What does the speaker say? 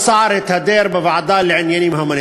בביקורת